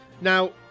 now